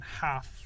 half